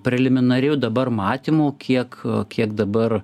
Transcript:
preliminariu dabar matymu kiek kiek dabar